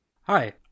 Hi